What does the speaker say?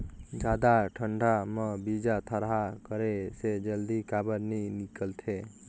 जादा ठंडा म बीजा थरहा करे से जल्दी काबर नी निकलथे?